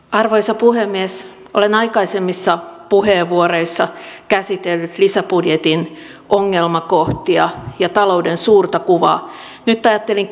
arvoisa puhemies olen aikaisemmissa puheenvuoroissa käsitellyt lisäbudjetin ongelmakohtia ja talouden suurta kuvaa nyt ajattelin